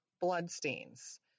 bloodstains